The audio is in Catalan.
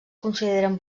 consideren